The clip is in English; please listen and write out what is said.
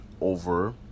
over